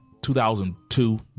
2002